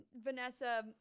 vanessa